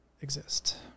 exist